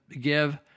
give